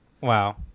Wow